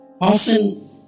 Often